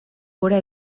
gora